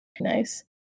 Nice